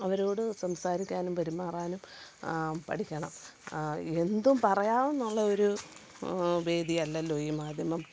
അവരോട് സംസാരിക്കാനും പെരുമാറാനും പഠിക്കണം എന്തും പറയാമെന്നുള്ളയൊരു വേദി അല്ലല്ലോ ഈ മാധ്യമം